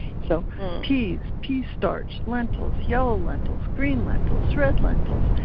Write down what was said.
so peas, pea starch, lentils, yellow lentils, green lentils, red lentils.